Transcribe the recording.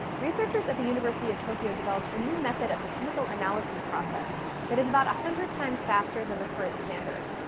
researchers at the university of tokyo developed a new method of the chemical analysis process that is about one hundred times faster than the current standard.